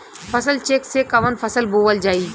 फसल चेकं से कवन फसल बोवल जाई?